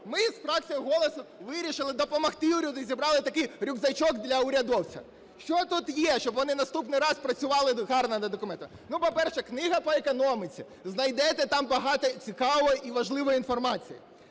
ми із фракцією "Голосу" вирішили допомогти уряду і зібрали такий рюкзачок для урядовця. Що тут є? Щоб вони наступний раз працювали гарно над документами, по-перше книга по економіці, знайдете там багато цікавої і важливої інформації.